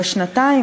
בשנתיים,